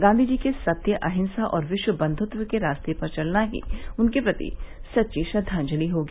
गांधी जी के सत्य अहिंसा और विश्व बंद्वत्व के रास्ते पर चलना ही उनके प्रति सच्ची श्रद्वांजलि होगी